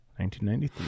1993